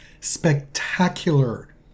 spectacular